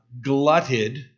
glutted